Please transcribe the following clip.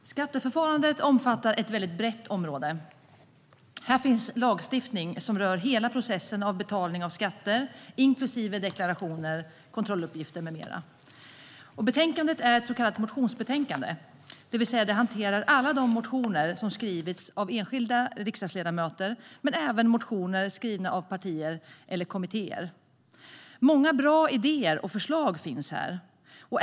Herr talman! Skatteförfarande omfattar ett brett område. Här finns lagstiftning som rör hela processen av betalning av skatter, inklusive deklarationer, kontrolluppgifter med mera. Betänkandet är ett så kallat motionsbetänkande. Det betyder att alla de motioner som skrivits av enskilda riksdagsledamöter hanteras men även motioner som är skrivna av partier eller kommittéer. Det finns många bra idéer och förslag här.